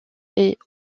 est